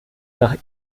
nach